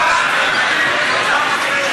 הרשימה המשותפת,